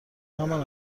همان